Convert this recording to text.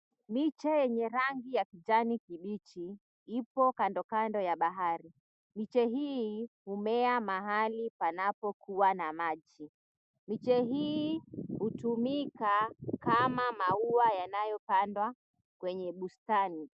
Miche yenye rangi ya kijani kibichi ipo kandokando ya bahari. Miche hii humea mahali panapokuwa na maji. Miche hii hutumika kama maua yanayopandwa kwenye bustani.